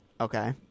Okay